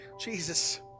Jesus